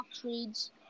trades